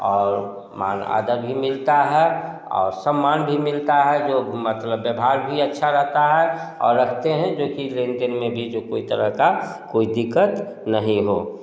और मान आदर भी मिलता है और सम्मान भी मिलता है जो मतलब व्यवहार भी अच्छा रहता है और रखते हैं जो कि लेन देन में भी जो कोई तरह का कोई दिकत नहीं हो